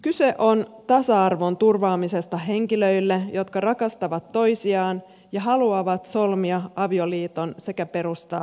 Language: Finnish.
kyse on tasa arvon turvaamisesta henkilöille jotka rakastavat toisiaan ja haluavat solmia avioliiton sekä perustaa perheen